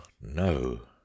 no